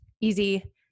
easy